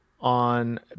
on